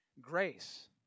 grace